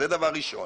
זה דבר ראשון.